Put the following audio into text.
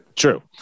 True